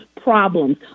problems